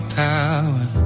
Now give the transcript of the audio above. power